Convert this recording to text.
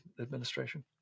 administration